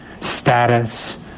status